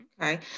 Okay